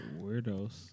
weirdos